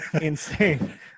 insane